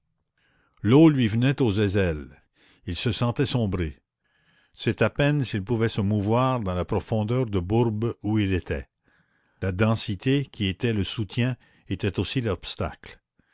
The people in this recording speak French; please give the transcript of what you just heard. l'eau lui venait aux aisselles il se sentait sombrer c'est à peine s'il pouvait se mouvoir dans la profondeur de bourbe où il était la densité qui était le soutien était aussi l'obstacle